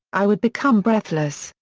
i would become breathless,